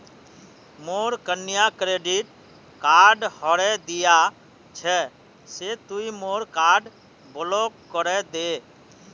मोर कन्या credit card हरें दिया छे से तुई मोर कार्ड ब्लॉक करे दे